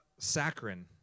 saccharin